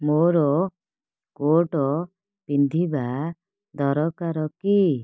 ମୋର କୋଟ୍ ପିନ୍ଧିବା ଦରକାର କି